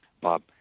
Bob